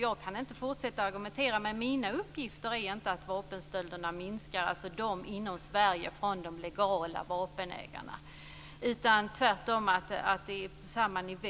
Jag kan inte fortsätta att argumentera kring detta men enligt de uppgifter jag har minskar inte stölderna av vapen från legala vapenägare i Sverige. Tvärtom är det fråga om samma nivå.